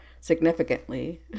significantly